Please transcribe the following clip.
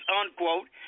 unquote